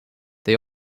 they